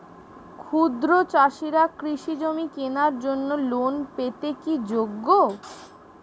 ক্ষুদ্র চাষিরা কৃষিজমি কেনার জন্য লোন পেতে কি যোগ্য?